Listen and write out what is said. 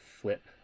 flip